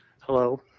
Hello